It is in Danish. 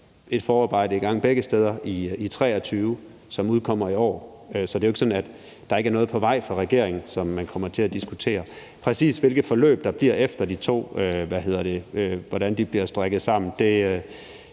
et forarbejde i gang begge steder i 2023, som udkommer i år. Så det er jo ikke sådan, at der ikke er noget på vej fra regeringen, som man kommer til at diskutere. Præcis hvilke forløb der bliver, efter at de to rapporter er strikket sammen, har